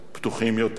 פתוחים יותר,